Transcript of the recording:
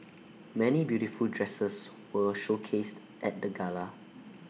many beautiful dresses were showcased at the gala